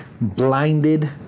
Blinded